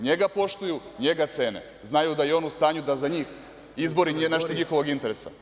Njega poštuju, njega cene, znaju da je on u stanju da za njih izbori nešto od njihovih interesa.